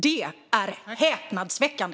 Det är häpnadsväckande.